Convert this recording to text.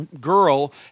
girl